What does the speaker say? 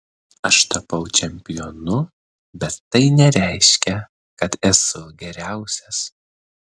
aš tapau čempionu bet tai nereiškia kad esu geriausias